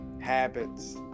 habits